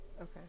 Okay